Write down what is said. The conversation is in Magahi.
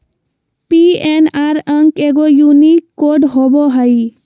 पी.एन.आर अंक एगो यूनिक कोड होबो हइ